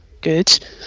Good